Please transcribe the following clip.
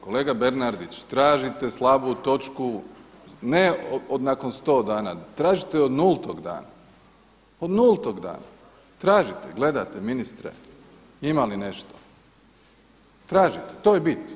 Kolega Bernardić, tražite slabu točku ne nakon sto godina tražite od nultog dana, od nultog dana, tražite, gledate ministre ima li nešto, tražite, to je bit.